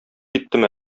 киттем